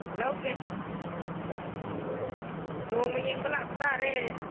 ꯂꯧꯒꯦ ꯅꯣꯡꯃ ꯌꯦꯡꯕ ꯂꯥꯛꯄ ꯇꯥꯔꯦ